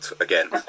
again